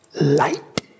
Light